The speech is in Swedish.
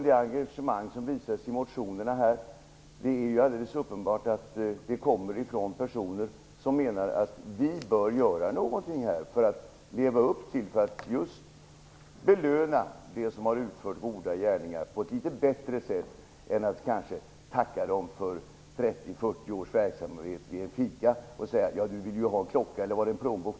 Det är alldeles uppenbart att det engagemang som visas i motionerna kommer från personer som menar att vi bör göra någonting för att belöna dem som har utfört goda gärningar på ett litet bättre sätt än att bara tacka dem för 30-40 års verksamhet genom att vid en fikastund utdela en klocka eller en plånbok.